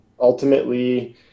Ultimately